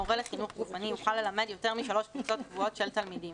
מורה לחינוך גופני יוכל ללמד יותר מ-3 קבוצות קבועות של תלמידים,